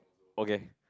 okay